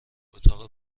اتاق